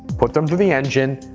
put them to the engine,